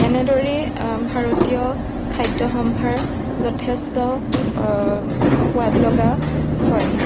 এনেদৰেই ভাৰতীয় খাদ্যসম্ভাৰ যথেষ্ট সোৱাদ লগা হয়